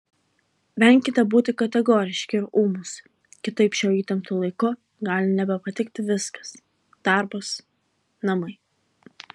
venkite būti kategoriški ir ūmūs kitaip šiuo įtemptu laiku gali nebepatikti viskas darbas namai